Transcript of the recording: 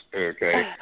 okay